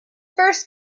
first